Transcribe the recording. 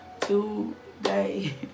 today